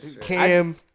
Cam